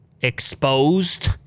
exposed